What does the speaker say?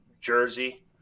jersey